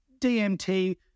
DMT